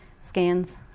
scans